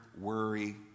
worry